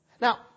Now